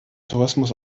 tourismus